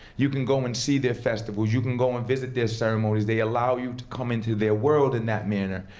you can go and see their festivals, you can go and visit their ceremonies. they allow you come into their world in that manner.